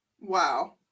wow